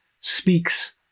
speaks